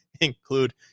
include